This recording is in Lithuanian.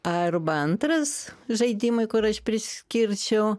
arba antras žaidimui kur aš priskirčiau